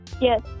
Yes